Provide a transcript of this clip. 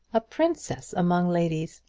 a princess among ladies!